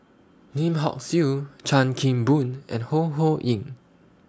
Lim Hock Siew Chan Kim Boon and Ho Ho Ying